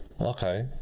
Okay